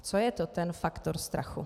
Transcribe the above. Co je to ten faktor strachu?